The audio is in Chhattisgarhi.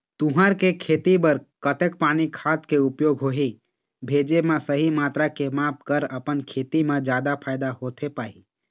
तुंहर के खेती बर कतेक पानी खाद के उपयोग होही भेजे मा सही मात्रा के माप कर अपन खेती मा जादा फायदा होथे पाही?